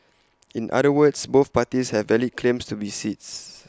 in other words both parties have valid claims to be seats